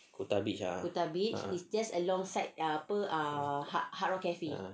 kuta beach ah